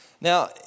Now